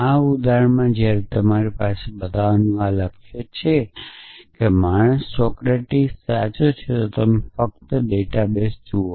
આ ઉદાહરણમાં જ્યારે તમારી પાસે બતાવવાનું આ લક્ષ્ય છે કે માણસ સોક્રેટીસ સાચો છે તો તમે ફક્તડેટાબેઝ જુઓ